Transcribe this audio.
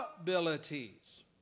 abilities